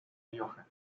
rioja